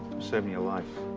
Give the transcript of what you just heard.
saving your life